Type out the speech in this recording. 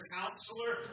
counselor